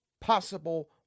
possible